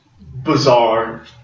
bizarre